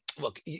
Look